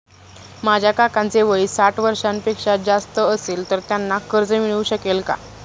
माझ्या काकांचे वय साठ वर्षांपेक्षा जास्त असेल तर त्यांना कर्ज मिळू शकेल का?